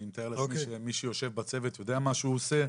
אני מתאר לעצמי שמי שיושב בצוות יודע מה שהוא עושה,